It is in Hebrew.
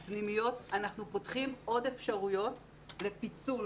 פנימיות אנחנו פותחים עוד אפשרויות לפיצול,